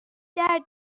درد